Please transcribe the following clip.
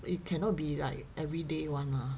it cannot be like everyday one lah